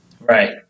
Right